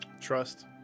Trust